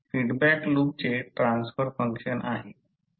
H feedback लूपचे transfer function आहे